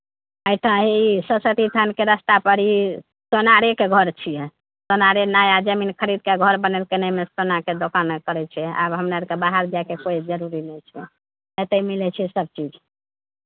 हे एहिठाम ई सरस्वती थानके रास्तापर ई सोनारेके घर छियै सोनारे नया जमीन खरीद कऽ घर बनेलकै एहिमे सोनाके दोकान करै छै आब हमे आरके बाहर जायके कोइ जरूरी नहि छै एतहि मिलै छै सभचीज